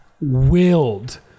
willed